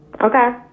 Okay